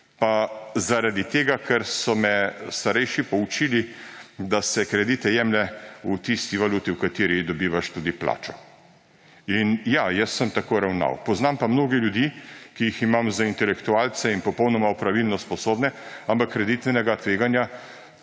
zaradi tega, ker so me starejši poučili, da se kredite jemlje v tisti valuti, v kateri dobivaš tudi plačo. In ja, jaz sem tako ravnal. Poznam pa mnogo ljudi, ki jih imam za intelektualce in popolnoma opravilno sposobne, ampak kreditnega tveganja